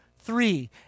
Three